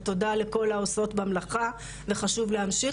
ותודה לכל העושות במלאכה וחשוב להמשיך